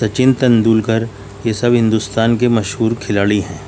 سچن تندولکر یہ سب ہندوستان کے مشہور کھلاڑی ہیں